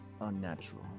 unnatural